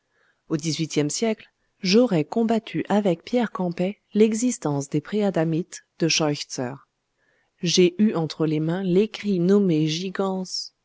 au xviiie siècle j'aurais combattu avec pierre campet l'existence des préadamites de scheuchzer j'ai eu entre les mains l'écrit nommé gigans